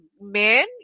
men